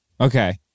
Okay